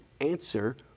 answer